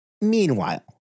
Meanwhile